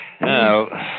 no